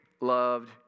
loved